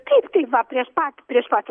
taip tai va prieš pat prieš pat